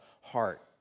heart